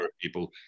people